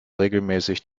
regelmäßig